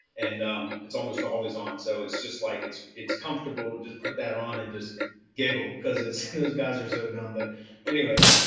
and um it's almost always on. so it's just like it's it's comfortable, just put that on and just giggle because it's those guys are so dumb. but anyways,